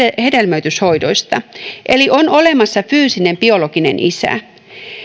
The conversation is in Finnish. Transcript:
hedelmöityshoidoista eli on olemassa fyysinen biologinen isä